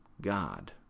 God